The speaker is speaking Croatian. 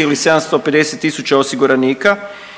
ili 750.000 osiguranika